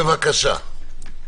בבקשה.